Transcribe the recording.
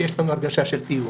שיש לנו הרגשה של טיוח.